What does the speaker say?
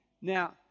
Now